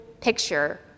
picture